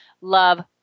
love